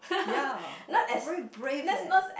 ya uh very brave leh